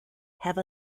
have